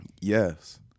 Yes